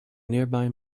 nearby